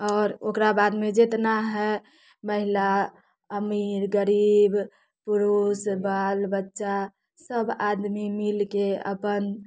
आओर ओकरा बादमे जितना है महिला अमीर गरीब पुरुष बाल बच्चा सभ आदमी मिलके अपन